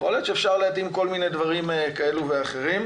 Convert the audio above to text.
יכול להיות שאפשר להתאים כל מיני דברים כאלה ואחרים.